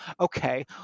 Okay